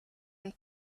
and